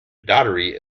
daughtry